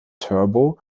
turbo